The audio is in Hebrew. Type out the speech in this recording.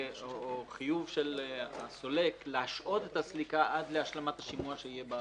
חיוב של הסולק להשעות את הסליקה עד להשלמת השימוע שיהיה.